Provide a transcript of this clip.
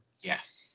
Yes